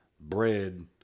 bread